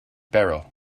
barrel